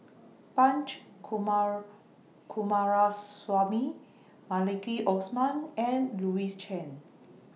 Punch Coomaraswamy Maliki Osman and Louis Chen